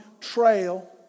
trail